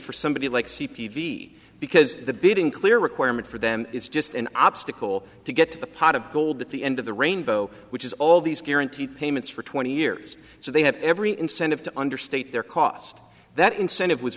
for somebody like c p v because the bidding clear requirement for them is just an obstacle to get to the pot of gold at the end of the rainbow which is all these guarantee payments for twenty years so they have every incentive to understate their cost that incentive was